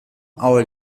hour